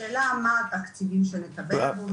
השאלה מה התקציבים שנקבל אדוני.